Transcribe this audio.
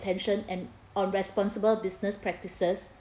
attention and on responsible business practices